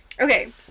Okay